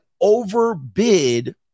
overbid